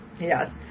Yes